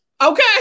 okay